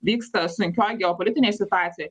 vyksta sunkioj geopolitinėj situacijoj